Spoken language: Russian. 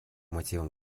мотивам